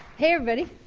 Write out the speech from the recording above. hey everybody.